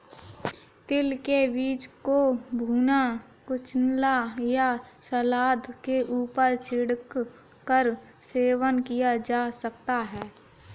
तिल के बीज को भुना, कुचला या सलाद के ऊपर छिड़क कर सेवन किया जा सकता है